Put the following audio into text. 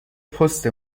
پست